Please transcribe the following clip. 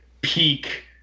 peak